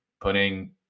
putting